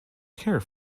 care